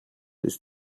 ist